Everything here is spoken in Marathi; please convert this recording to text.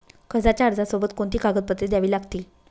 कर्जाच्या अर्जासोबत कोणती कागदपत्रे द्यावी लागतील?